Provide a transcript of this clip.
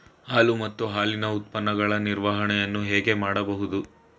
ಹಾಲು ಮತ್ತು ಹಾಲಿನ ಉತ್ಪನ್ನಗಳ ನಿರ್ವಹಣೆಯನ್ನು ಹೇಗೆ ಮಾಡಬಹುದು?